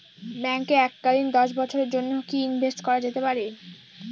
ব্যাঙ্কে এককালীন দশ বছরের জন্য কি ইনভেস্ট করা যেতে পারে?